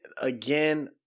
again